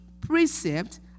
precept